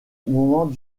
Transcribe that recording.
moment